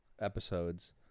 episodes